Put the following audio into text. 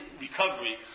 recovery